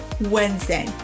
Wednesday